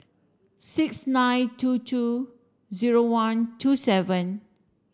six nine two two zero one two seven